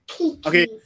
Okay